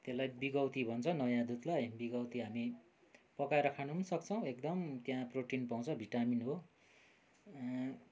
त्यसलाई बिगौती भन्छ नयाँ दुधलाई बिगौती हामी पकाएर खान पनि सक्छौँ एकदम त्यहाँ प्रोटिन पाउँछ भिटामिन हो